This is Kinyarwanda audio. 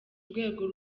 urwego